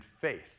faith